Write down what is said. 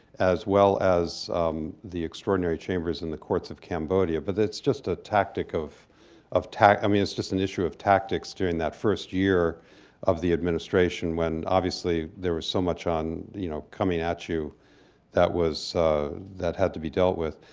as well as the extraordinary chambers in the courts of cambodia. but it's just a tactic of of i mean, it's just an issue of tactics during that first year of the administration when, obviously, there was so much on you know, coming at you that was that had to be dealt with.